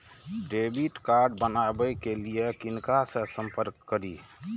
Debit card बनावे के लिए किनका से संपर्क करी?